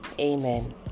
amen